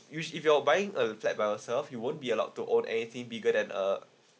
usu~ if you're buying a flat by yourself you won't be allowed to own anything bigger than a